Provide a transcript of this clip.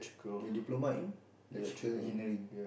your diploma in electrical engineering